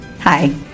Hi